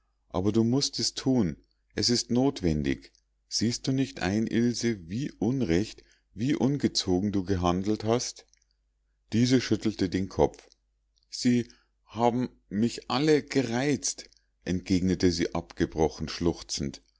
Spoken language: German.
aber du mußt es thun es ist notwendig siehst du nicht ein ilse wie unrecht wie ungezogen du gehandelt hast diese schüttelte den kopf sie haben mich alle gereizt entgegnete sie abgebrochen schluchzend